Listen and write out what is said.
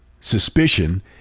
suspicion